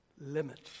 limits